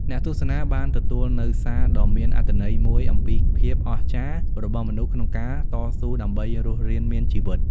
អ្នកទស្សនាបានទទួលនូវសារដ៏មានអត្ថន័យមួយអំពីភាពអស្ចារ្យរបស់មនុស្សក្នុងការតស៊ូដើម្បីរស់រានមានជីវិត។